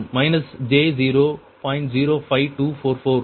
05244 இல்லை